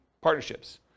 partnerships